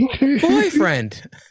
boyfriend